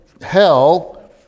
hell